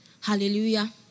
Hallelujah